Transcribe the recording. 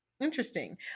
interesting